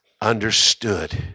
understood